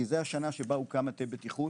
כי זה השנה שבה הוקם מטה בטיחות